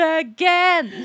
again